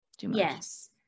yes